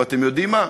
ואתם יודעים מה?